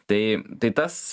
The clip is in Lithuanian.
tai tai tas